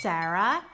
Sarah